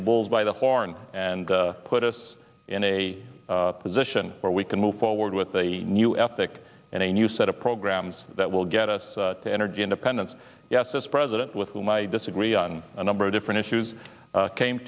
the bull by the horn and put us in a position where we can move forward with a new ethic and a new set of programs that will get us to energy independence yes this president with whom i disagree on a number of different issues came